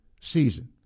season